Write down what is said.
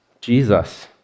Jesus